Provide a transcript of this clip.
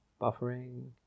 buffering